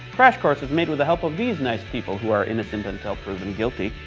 crash course is made with the help of these nice people who are innocent until proven guilty.